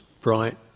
bright